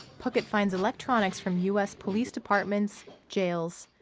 puckett finds electronics from u s. police departments, jails,